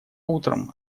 утром